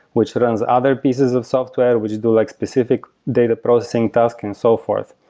which runs other pieces of software, which do like specific data processing task and so forth.